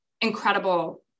incredible